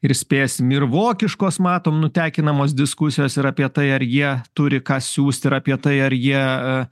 ir spėsim ir vokiškos matom nutekinamos diskusijos ir apie tai ar jie turi ką siųst ir apie tai ar jie